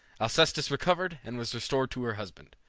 alcestis recovered, and was restored to her husband.